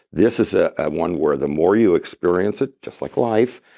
this is ah one where the more you experience it, just like life,